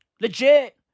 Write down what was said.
Legit